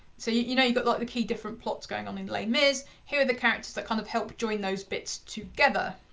so, you you know, you've got like the key different plots going on in les mis', here are the characters that kind of help join those bits together.